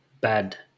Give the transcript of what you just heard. bad